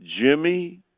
Jimmy